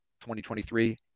2023